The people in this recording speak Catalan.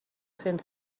fent